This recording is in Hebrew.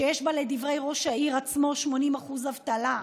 שיש בה, לדברי ראש העיר עצמו, 80% אבטלה,